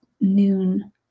noon